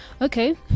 okay